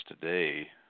Today